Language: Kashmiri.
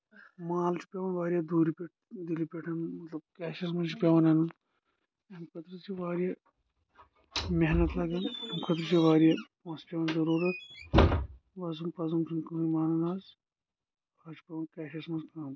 مال چھُ پیٚوان واریاہ دوٗرِ پٮ۪ٹھ دِلہِ پٮ۪ٹھ مطلب کیٚشس منٛز چھُ پیٚوان اَنُن اَمہِ خٲطرٕ چھُ واریاہ محنت لگان اَمہِ خٲطرٕ چھ واریاہ پونٛسہٕ پیٚوان ضروٗرَت وۄزُم پۄزُم چھُ نہٕ کہنۍ مانان آز آز چھ پیٚوان کیٚشس منٛز کٲم